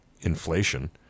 inflation